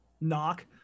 knock